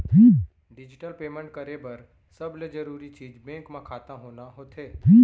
digital payment करे बर सबले जरूरी चीज बेंक म खाता होना होथे